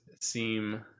seem